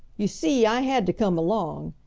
you see, i had to come along.